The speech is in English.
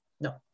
no